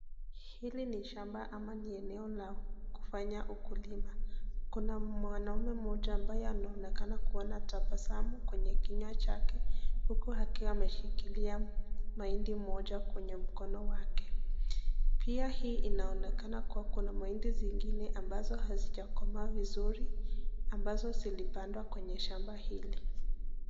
Hili ni shamba ama ni eneo la kufanya ukulima. Kuna mwanaume mmoja ambaye anaonekana kuwa na tabasamu kwenye kinywa chake, huku akiwa ameshikilia mahindi moja kwenye mkono wake. Pia hii inaonekana kuwa kuna mahindi zingine ambazo hazijakomaa vizuri, ambazo zilipandwa kwenye shamba hili.